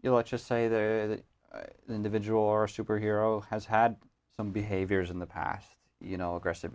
you know let's just say there's an individual or a superhero has had some behaviors in the past you know aggressive